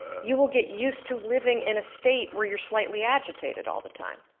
you will get used to living in a state where you are slightly agitated all the time.